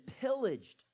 pillaged